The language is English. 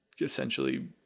essentially